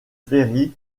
ferry